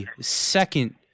second